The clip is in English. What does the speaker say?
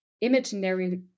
imaginary